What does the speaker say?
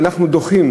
אנחנו דוחים.